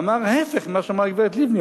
אמר ההיפך ממה שאמרה גברת לבני.